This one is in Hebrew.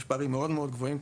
יש פערים מאוד גבוהים,